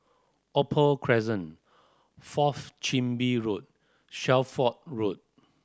Opal Crescent Fourth Chin Bee Road Shelford Road